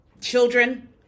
children